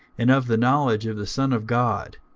and of the knowledge of the son of god,